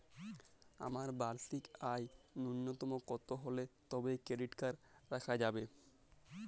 আমার বার্ষিক আয় ন্যুনতম কত হলে তবেই ক্রেডিট কার্ড রাখা যাবে?